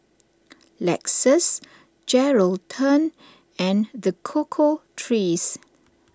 Lexus Geraldton and the Cocoa Trees